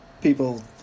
people